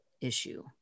issue